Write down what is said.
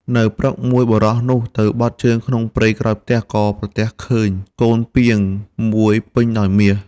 នៅព្រឹកមួយ បុរសនោះទៅបត់ជើងក្នុងព្រៃក្រោយផ្ទះ ក៏ប្រទះឃើញកូនពាងមួយពេញដោយមាស។